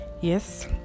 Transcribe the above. yes